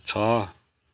छ